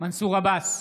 מנסור עבאס,